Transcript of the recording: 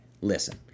listen